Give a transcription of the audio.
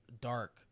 Dark